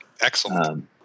Excellent